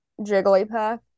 Jigglypuff